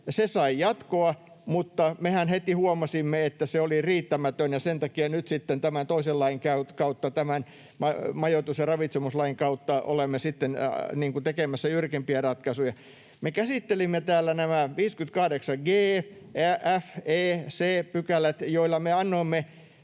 sai jatkoa, mutta mehän heti huomasimme, että se oli riittämätön, ja sen takia nyt sitten tämän toisen lain kautta, tämän majoitus- ja ravitsemuslain kautta, olemme tekemässä jyrkempiä ratkaisuja. Me käsittelimme täällä nämä 58 g, f, e, c §:t, joilla me annoimme